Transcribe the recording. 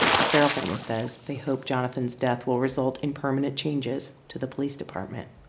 the ferrell family says they hope jonathan's death will result in permanent changes to the police department